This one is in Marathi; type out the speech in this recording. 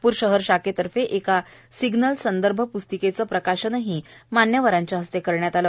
नागपूर शहर शाखेतर्फे एका सिग्नल संदर्भपुस्तिकेचे प्रकाशनही मान्यवरांच्या हस्ते करण्यात आल